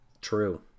True